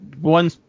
one